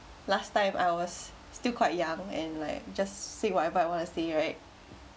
last time I was still quite young and like just see whatever I want to see right